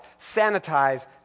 sanitize